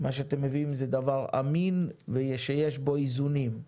מה שאתם מביאים זה דבר אמין ושיש בו איזונים.